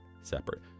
separate